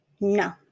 No